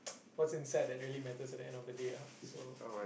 what's inside that really matters at the end of the day ah so